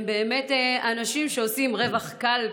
הם באמת אנשים שעושים רווח קל,